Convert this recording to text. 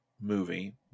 movie